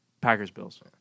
Packers-Bills